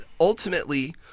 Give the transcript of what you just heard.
ultimately